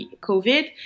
COVID